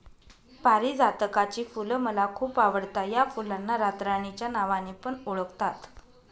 पारीजातकाची फुल मला खूप आवडता या फुलांना रातराणी च्या नावाने पण ओळखतात